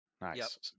Nice